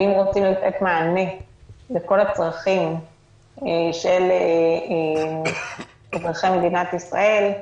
ואם רוצים לתת מענה לכל הצרכים של מדינת ישראל,